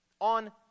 on